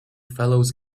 fellows